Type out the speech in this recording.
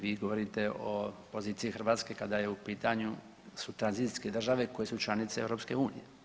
Vi govorite o poziciji Hrvatske kada je u pitanju su tranzicijske države koje su članice EU.